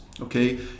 Okay